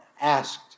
asked